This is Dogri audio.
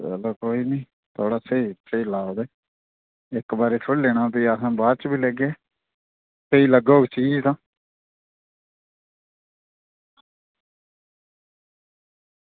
चलो कोई निं बड़ा स्हेई स्हेई ला दा इक्क बारी थोह्ड़ी लैना भी असें बाद च बी लैना स्हेई लग्गग तां ठीक ऐ